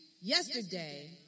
yesterday